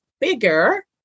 bigger